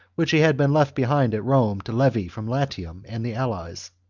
which he had been left behind at rome to levy from latium and the allies.